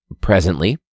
presently